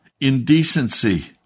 indecency